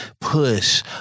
push